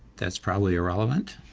that's probably irrelevant.